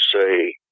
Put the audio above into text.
say